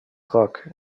rock